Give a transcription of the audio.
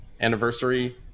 anniversary